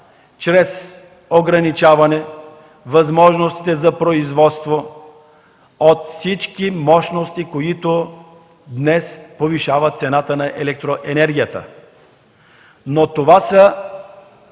чрез ограничаване възможностите за производство от всички мощности, които днес повишават цената на електроенергията. Това обаче